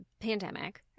pandemic